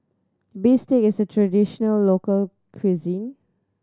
bistake is a traditional local cuisine